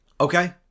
Okay